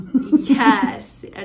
yes